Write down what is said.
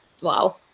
Wow